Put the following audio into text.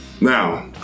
Now